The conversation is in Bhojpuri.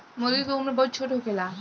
मूर्गी के उम्र बहुत छोट होखेला